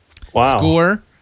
score